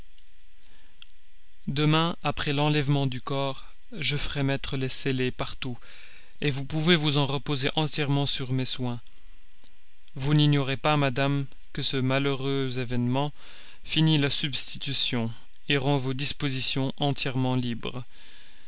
demain après l'enlèvement du corps je ferai mettre les scellés partout vous pouvez vous en reposer entièrement sur mes soins vous n'ignorez pas madame que ce malheureux événement finit la substitution rend vos dispositions entièrement libres